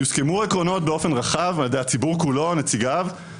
יוסכמו העקרונות באופן רחב על ידי הציבור כולו או נציגיו,